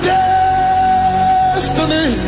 destiny